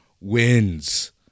wins